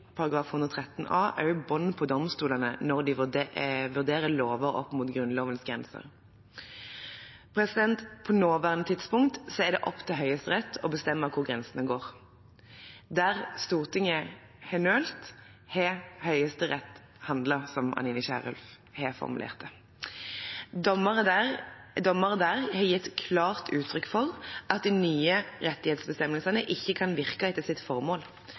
113 a også bånd på domstolene når de vurderer lover opp mot Grunnlovens grenser. På det nåværende tidspunkt er det opp til Høyesterett å bestemme hvor grensene går. Der Stortinget har nølt, har Høyesterett handlet, som Anine Kierulf har formulert det. Dommere der har gitt klart uttrykk for at de nye rettighetsbestemmelsene ikke kan virke etter sitt formål